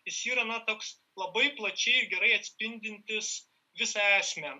jis yra na toks labai plačiai gerai atspindintis visą esmę